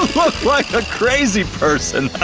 look like a crazy person!